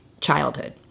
childhood